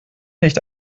nicht